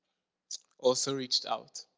also reached out.